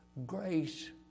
Grace